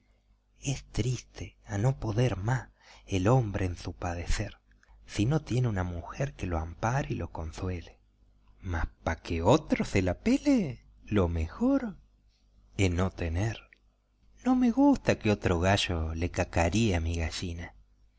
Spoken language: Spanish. es triste a no poder más el hombre en su padecer si no tiene una mujer que lo ampare y lo consuele mas pa que otro se la pele lo mejor es no tener no me gusta que otro gallo le cacaree a mi gallina